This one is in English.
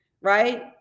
right